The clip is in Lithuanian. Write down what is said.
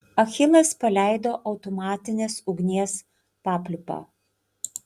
achilas paleido automatinės ugnies papliūpą